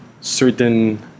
certain